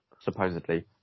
supposedly